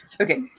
Okay